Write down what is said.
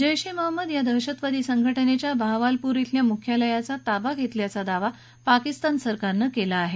जैश ए महम्मद या दहशतवादी संघटनेच्या बाहवालपूर डेल्या मुख्यालयाचा ताबा घेतल्याचा दावा पाकिस्तान सरकारनं केला आहे